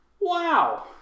Wow